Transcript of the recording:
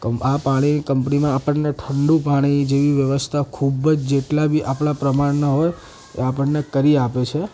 કંપ આ પાણી કંપનીમાં આપણને ઠંડુ પાણી જેવી વ્યવસ્થા ખૂબ જ જેટલાં બી આપણાં પ્રમાણના હોય તો આપણને કરી આપે છે